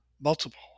multiple